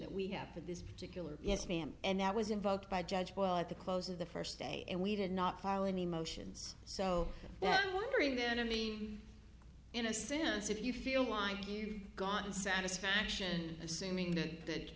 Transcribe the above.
that we have for this particular yes ma'am and that was invoked by judge well at the close of the first day and we did not fall in emotions so i'm wondering then in the in a sense if you feel like you've gotten satisfaction assuming that